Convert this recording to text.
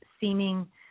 seeming